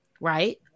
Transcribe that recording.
Right